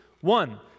one